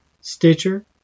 Stitcher